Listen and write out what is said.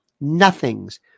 nothings